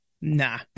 nah